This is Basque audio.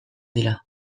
dira